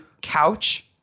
couch